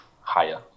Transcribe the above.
higher